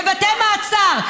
בבתי מעצר,